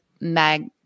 mag